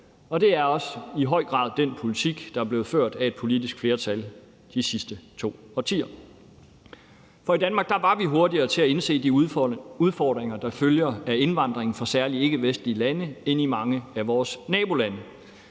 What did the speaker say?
Det er også i høj grad den politik, der er blevet ført af et politisk flertal de sidste to årtier. For i Danmark var vi hurtigere til at indse de udfordringer, der følger af indvandring fra særlig ikkevestlige lande, end mange af vores nabolande,